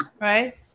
right